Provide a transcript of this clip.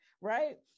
right